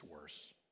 worse